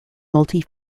multi